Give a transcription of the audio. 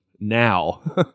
now